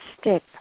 step